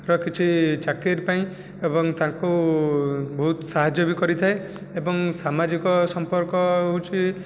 ର କିଛି ଚାକିରି ପାଇଁ ଏବଂ ତାଙ୍କୁ ବହୁତ ସାହାଯ୍ୟ ବି କରିଥାଏ ଏବଂ ସାମାଜିକ ସମ୍ପର୍କ ହେଉଛି